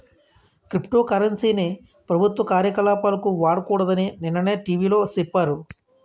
crypto currency ని ప్రభుత్వ కార్యకలాపాలకు వాడకూడదని నిన్ననే టీ.వి లో సెప్పారు